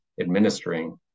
administering